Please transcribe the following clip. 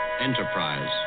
Enterprise